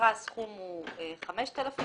תסתכל על סעיף 54,